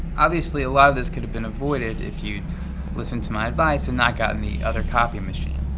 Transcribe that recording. obviously a lot of this could have been avoided if you'd listened to my advice and not gotten the other copy machine.